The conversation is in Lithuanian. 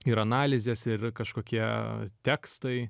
ir analizės ir kažkokie tekstai